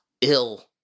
ill